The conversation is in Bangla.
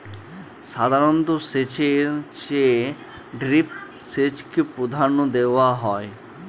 সাধারণ সেচের চেয়ে ড্রিপ সেচকে প্রাধান্য দেওয়া হয়